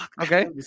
Okay